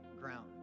ground